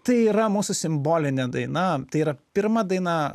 tai yra mūsų simbolinė daina tai yra pirma daina